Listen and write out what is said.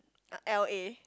uh L_A